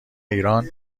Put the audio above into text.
ایران